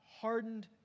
hardened